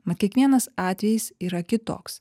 mat kiekvienas atvejis yra kitoks